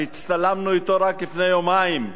שהצטלמנו אתו רק לפני יומיים.